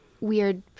weird